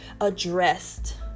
addressed